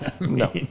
No